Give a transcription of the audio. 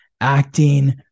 acting